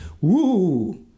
woo